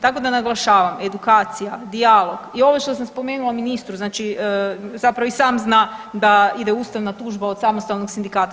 Tako da naglašavam, edukacija, dijalog i ovo što sam spomenula ministru znači zapravo i sam zna da ide ustavna tužba od samostalnih sindikata.